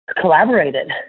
collaborated